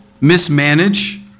mismanage